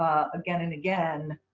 again and again,